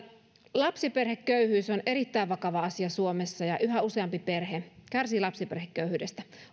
lapsiperheköyhyys on erittäin vakava asia suomessa ja yhä useampi perhe kärsii lapsiperheköyhyydestä